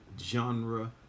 genre